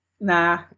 nah